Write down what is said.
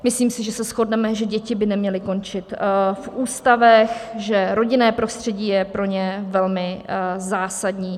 Myslím si, že se shodneme, že děti by neměly končit v ústavech, že rodinné prostředí je pro ně velmi zásadní.